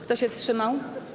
Kto się wstrzymał?